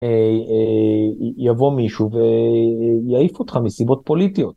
יבוא מישהו ויעיף אותך מסיבות פוליטיות.